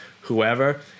whoever